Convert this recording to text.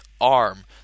arm